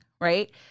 right